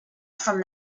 for